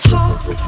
talk